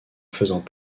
faisant